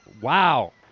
wow